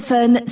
Fun